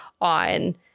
on